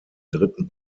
dritten